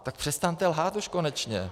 Tak přestaňte lhát už konečně.